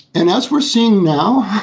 and as we're seeing now,